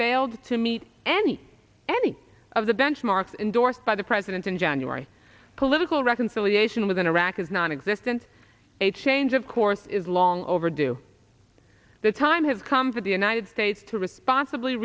failed to meet any any of the benchmarks endorsed by the president in january political reconciliation with an iraqi is nonexistent a change of course is long overdue the time has come for the united states to responsibly